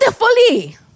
wonderfully